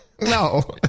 No